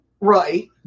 Right